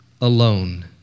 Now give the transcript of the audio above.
alone